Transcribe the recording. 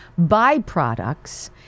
byproducts